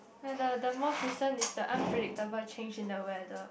the the most recent is the unpredictable change in the weather